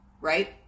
right